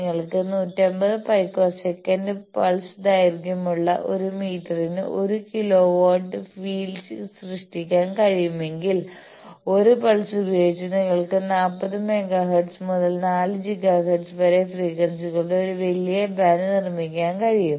നിങ്ങൾക്ക് 150 picosecond pulse ദൈർഘ്യമുള്ള ഒരു മീറ്ററിന് ഒരു കിലോ വോൾട്ട് ഫീൽ സൃഷ്ടിക്കാൻ കഴിയുമെങ്കിൽ ഒരുപൾസ് ഉപയോഗിച്ച് നിങ്ങൾക്ക് 40 മെഗാഹെർട്സ് മുതൽ 4 ജിഗാഹെർട്സ് വരെ ഫ്രീക്വൻസികളുടെ ഒരു വലിയ ബാൻഡ് നിർമ്മിക്കാൻ കഴിയും